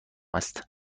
است